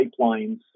pipelines